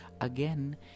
again